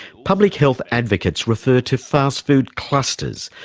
public health advocates refer to fast food clusters,